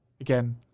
again